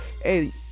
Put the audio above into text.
hey